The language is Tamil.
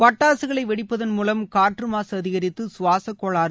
பட்டாசுகளை வெடிப்பதன் மூலம் காற்று மாசு அதிகரித்து சுவாச கோளாறு